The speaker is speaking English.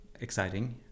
exciting